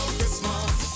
Christmas